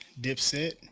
Dipset